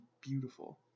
beautiful